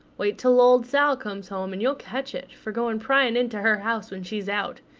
wait till old sal comes home, and you'll catch it, for going prying into her house when she's out.